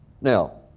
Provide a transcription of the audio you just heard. Now